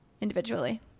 individually